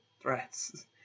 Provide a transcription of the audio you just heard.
threats